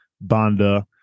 banda